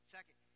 Second